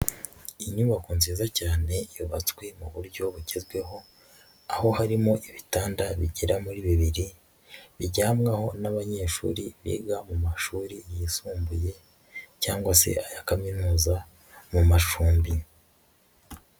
Inyubako nziza cyane yubatswe mu buryo bugezweho, aho harimo ibitanda bigera muri bibiri bijyamwaho n'abanyeshuri biga mu mashuri yisumbuye cyangwa se aya kaminuza mu macumbi.